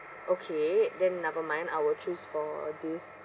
okay then never mind I will choose for this